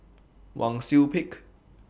Wang Sui Pick